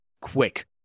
quick